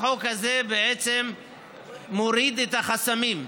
החוק הזה מוריד את החסמים,